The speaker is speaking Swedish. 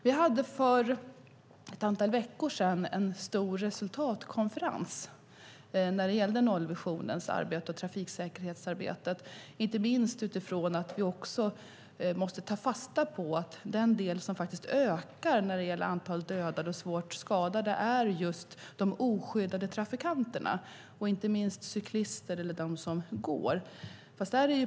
Vi hade för ett antal veckor sedan en stor resultatkonferens när det gällde arbetet med nollvisionen och trafiksäkerhetsarbetet. Det gäller inte minst utifrån att vi måste ta fasta på att den del som ökar när det gäller antal dödade och svårt skadade är just de oskyddade trafikanterna och inte minst cyklister eller de som går.